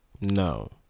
No